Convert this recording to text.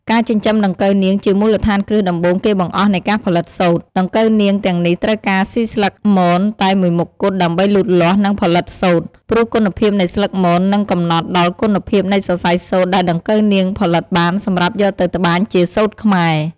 ការចិញ្ចឹមដង្កូវនាង ជាមូលដ្ឋានគ្រឹះដំបូងគេបង្អស់នៃការផលិតសូត្រ ដង្កូវនាងទាំងនេះត្រូវការស៊ីស្លឹកមនតែមួយមុខគត់ដើម្បីលូតលាស់ និងផលិតសូត្រ ព្រោះគុណភាពនៃស្លឹកមននឹងកំណត់ដល់គុណភាពនៃសរសៃសូត្រដែលដង្កូវនាងផលិតបានសម្រាប់យកទៅត្បាញជាសូត្រខ្មែរ។